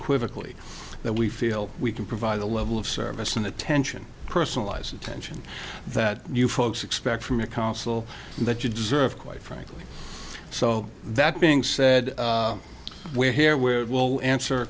lly that we feel we can provide the level of service and attention personalized attention that you folks expect from a council that you deserve quite frankly so that being said we're here where it will answer